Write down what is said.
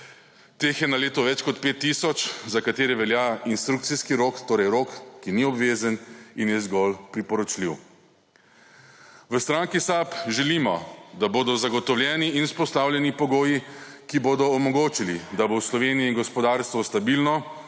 Teh je na leto več kot 5 tisoč, za katere velja instrukcijski rok, torej rok, ki ni obvezen in je zgolj priporočljiv. V stranki SAB želimo, da bodo zagotovljeni in vzpostavljeni pogoji, ki bodo omogočili, da bo v Sloveniji gospodarstvo stabilno,